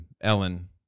Ellen